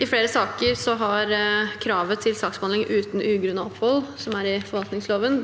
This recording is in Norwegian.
I flere saker har kravet til saksbehandling uten ugrunnet opphold, som